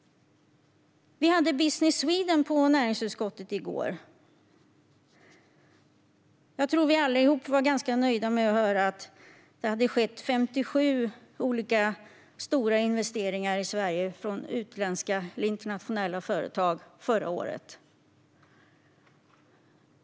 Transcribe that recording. Business Sweden var i näringsutskottet i går. Jag tror att vi allihop var ganska nöjda med att höra att det gjordes 57 stora investeringar i Sverige av internationella företag förra året.